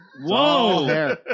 Whoa